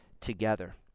together